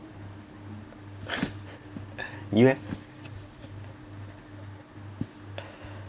you leh